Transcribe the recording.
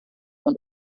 und